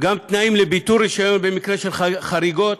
וגם תנאים לביטול רישיון במקרה של חריגות,